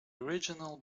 original